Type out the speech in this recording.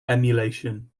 emulation